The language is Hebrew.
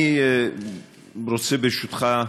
אני רוצה, ברשותך,